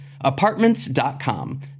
Apartments.com